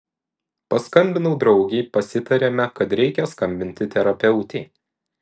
paskambinau draugei pasitarėme kad reikia skambinti terapeutei